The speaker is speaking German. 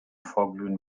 vorglühen